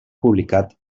publicat